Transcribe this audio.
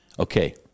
okay